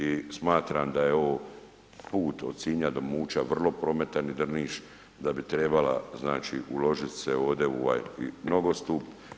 I smatram da je ovo put od Sinja do Muća vrlo prometan i Drniš, da bi trebala znači uložiti se ovdje u ovaj nogostup.